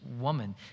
woman